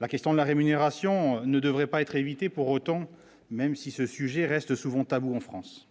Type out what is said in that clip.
la question de la rémunération ne devrait pas être évitée pour autant, même si ce sujet reste souvent tabou en France,